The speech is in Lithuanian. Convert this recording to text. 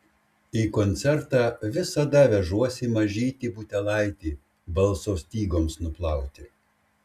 į koncertą visada vežuosi mažytį butelaitį balso stygoms nuplauti